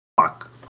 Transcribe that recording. fuck